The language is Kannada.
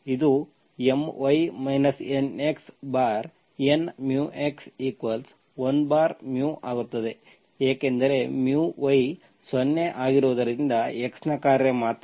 ಇದು My NxN μx1 ಆಗುತ್ತದೆ ಏಕೆಂದರೆ y 0 ಆಗಿರುವುದರಿಂದ x ನ ಕಾರ್ಯ ಮಾತ್ರ